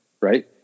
right